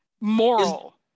moral